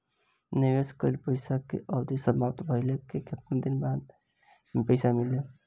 निवेश कइल पइसा के अवधि समाप्त भइले के केतना दिन बाद पइसा मिली?